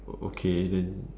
okay then